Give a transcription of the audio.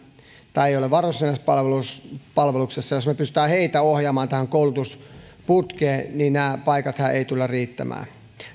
tai jotka eivät ole varusmiespalveluksessa jos me pystymme heitä ohjaamaan tähän koulutusputkeen niin nämä paikathan eivät tule riittämään